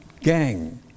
gang